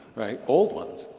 right, old ones.